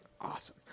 awesome